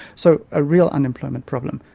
so a real unemployment problem.